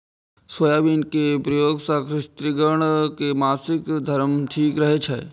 soybean के प्रयोग सं स्त्रिगण के मासिक धर्म ठीक रहै छै